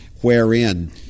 wherein